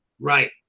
Right